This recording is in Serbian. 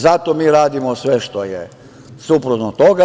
Zato mi radimo sve što je suprotno od toga.